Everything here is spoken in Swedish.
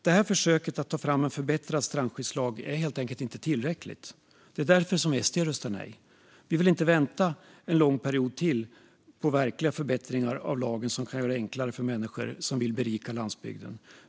Det här försöket att ta fram en förbättrad strandskyddslag är helt enkelt inte tillräckligt. Det är därför SD röstar nej. Vi vill inte vänta en lång period till på verkliga förbättringar av lagen som kan göra det enklare för människor som vill berika landsbygden.